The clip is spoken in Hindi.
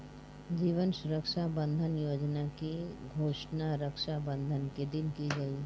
जीवन सुरक्षा बंधन योजना की घोषणा रक्षाबंधन के दिन की गई